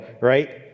right